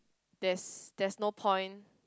there's there's no point